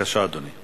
בבקשה, אדוני.